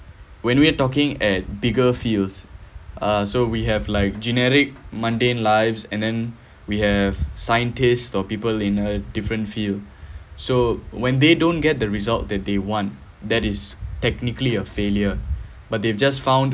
when we are talking at bigger fields uh so we have like generic mundane lives and then we have scientist or people in a different field so when they don't get the result that they want that is technically a failure but they have just found